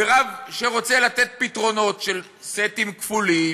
ורב שרוצה לתת פתרונות של סטים כפולים,